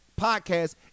podcast